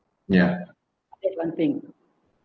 ya that's one thing